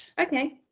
Okay